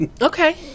Okay